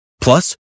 Plus